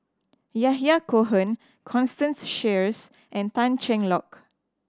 Yahya Cohen Constance Sheares and Tan Cheng Lock